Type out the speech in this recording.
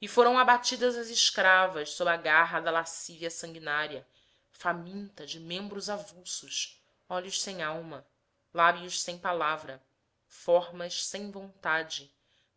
e foram abatidas as escravas sob a garra da lascívia sanguinária faminta de membros avulsos olhos sem alma lábios sem palavra formas sem vontade